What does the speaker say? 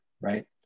right